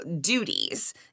duties